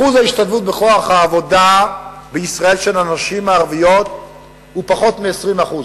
אחוז ההשתלבות בכוח העבודה בישראל של הנשים הערביות הוא פחות מ-20%,